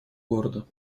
города